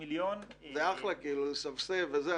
זה אחלה כאילו לסבסד וזה.